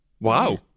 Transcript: Wow